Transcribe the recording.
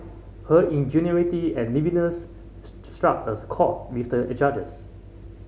her ingenuity and liveliness struck a chord with the judges